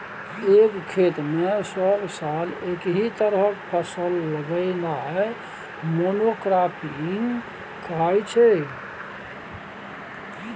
एक खेत मे सब साल एकहि तरहक फसल लगेनाइ मोनो क्राँपिंग कहाइ छै